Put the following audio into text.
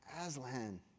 Aslan